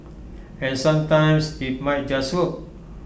and sometimes IT might just work